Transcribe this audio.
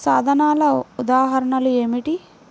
సాధనాల ఉదాహరణలు ఏమిటీ?